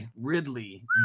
Ridley